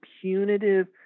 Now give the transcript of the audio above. punitive